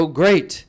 great